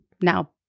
now